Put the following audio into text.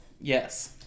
Yes